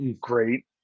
Great